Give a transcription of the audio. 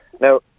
Now